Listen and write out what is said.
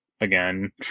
again